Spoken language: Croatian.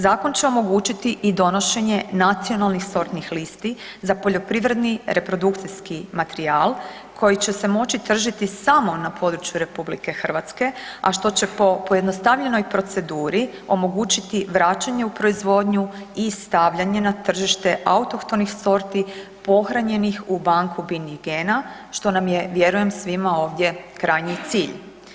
Zakon će omogućiti i donošenje nacionalnih sortnih listi za poljoprivredni reprodukcijski materijal koji će se moći tržiti samo na području RH, a što će po pojednostavljenoj proceduri omogućiti vraćanje u proizvodnju i stavljanje na tržište autohtonih sortu pohranjenih u banku biljnih gena, što nam je, vjerujem, svima ovdje, krajnji cilj.